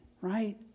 right